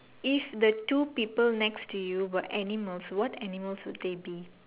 if the two people next to you were animals what animals would they be